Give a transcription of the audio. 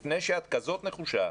לפני שאת כזאת נחושה,